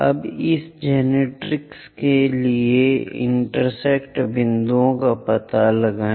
अब इस जेनरेट्रिक्स के लिए इंटरसेक्ट बिंदुओं का पता लगाएं